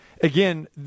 again